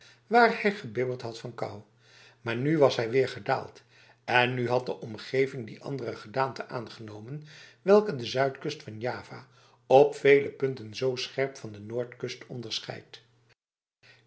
waar hij gebibberd had van kou maar nu was hij weer gedaald en nu had de omgeving die andere gedaante aangenomen welke de zuidkust van java op vele punten zo scherp van de noordkust onderscheidt